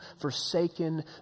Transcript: forsaken